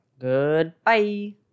Goodbye